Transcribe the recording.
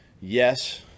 yes